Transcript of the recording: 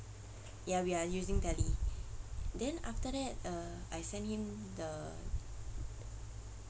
ya we are using tele then after that uh I send him the